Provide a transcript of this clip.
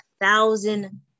thousand